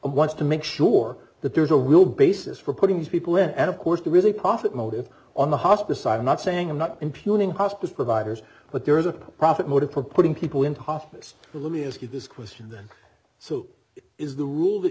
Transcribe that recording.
wants to make sure that there's a real basis for putting these people in and of course to really profit motive on the hospice side i'm not saying i'm not impugning hospice providers but there is a profit motive for putting people into hospice let me ask you this question then so is the rule that